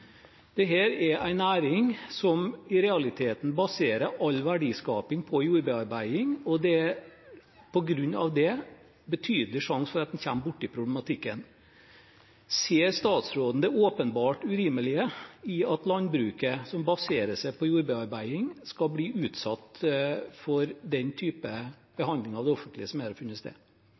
er en næring som i realiteten baserer all verdiskaping på jordbearbeiding, og det er på grunn av det en betydelig sjanse for at en kommer borti problematikken. Ser statsråden det åpenbart urimelige i at landbruket som baserer seg på jordbearbeiding, skal bli utsatt for den typen behandling av det offentlige, som her har funnet sted?